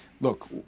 Look